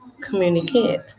communicate